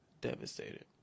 devastated